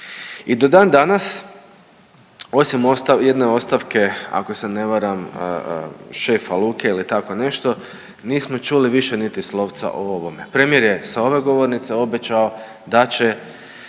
I do dan danas osim jedne ostavke ako se ne varam šefa luke ili tako nešto, nismo čuli više niti slovca o ovome. Premijer je sa ove govornice obećao da će